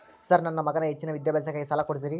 Sir ನನ್ನ ಮಗನ ಹೆಚ್ಚಿನ ವಿದ್ಯಾಭ್ಯಾಸಕ್ಕಾಗಿ ಸಾಲ ಕೊಡ್ತಿರಿ?